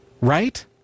Right